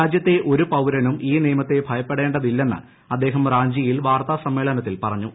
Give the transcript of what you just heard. രാജ്യത്തെ ഒരുപ്പൌര്നും ഈ നിയമത്തെ ഭയപ്പെടേ ണ്ടതില്ലെന്ന് അദ്ദേഹം റാഞ്ചിയിൽ വാർത്താ സമ്മേളനത്തിൽ പറഞ്ഞു